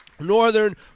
Northern